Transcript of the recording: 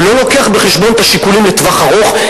שלא מביא בחשבון את השיקולים לטווח ארוך,